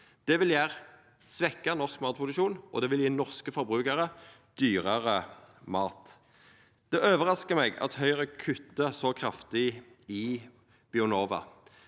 Det vil svekkja den norske matproduksjonen, og det vil gje norske forbrukarar dyrare mat. Det overraskar meg at Høgre kuttar så kraftig i Bionova.